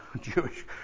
Jewish